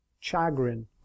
chagrin